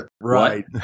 Right